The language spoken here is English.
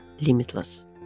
limitless